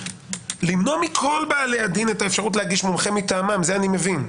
צריך למנוע מכל בעלי הדין את האפשרות להגיש מומחה מטעמם זה אני מבין,